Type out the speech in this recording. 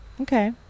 Okay